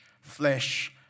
flesh